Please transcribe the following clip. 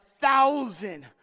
thousand